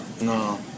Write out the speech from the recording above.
No